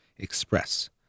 express